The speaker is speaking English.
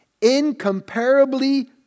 incomparably